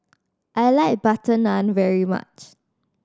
I like butter naan very much